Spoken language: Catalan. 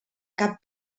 cap